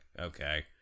okay